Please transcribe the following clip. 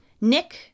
Nick